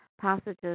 passages